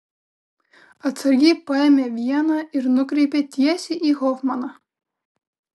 atsargiai paėmė vieną ir nukreipė tiesiai į hofmaną